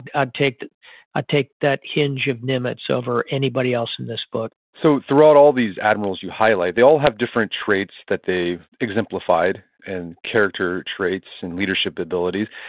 and ah i take that hinge of nimitz over anybody else in this book so, throughout all these admirals you highlight, they all have different traits that they've exemplified in character traits and leadership abilities.